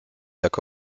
jak